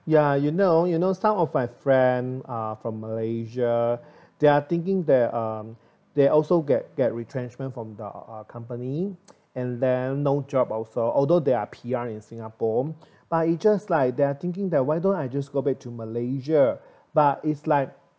ya you know you know some of my friends are from malaysia they're thinking that uh they also get get retrenchment from their company and then no job also although they are P_R in singapore but it's just like they're thinking that why don't I just go back to malaysia but is like